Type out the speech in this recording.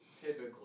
typically